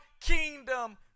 kingdom